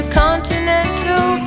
continental